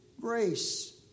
grace